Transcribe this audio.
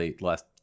last